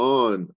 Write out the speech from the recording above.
on